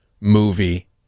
movie